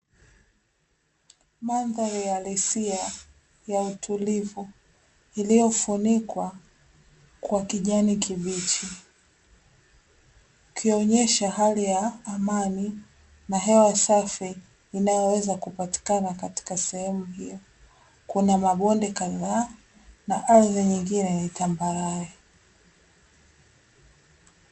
Mandhari ya alisia ya utulivu, iliyofunikwa kwa kijani kibichi, ikionyesha hali ya amani na hewa safi inayoweza kupatikana katika sehemu hiyo. Kuna mabonde kama, na ardhi nyingine ya tambarare.